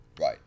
right